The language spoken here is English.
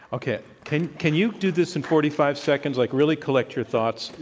okay. can can you do this in forty five seconds, like really collect your thoughts?